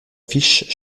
fish